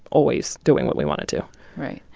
always doing what we want it to right.